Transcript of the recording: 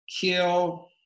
kill